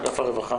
אגף הרווחה,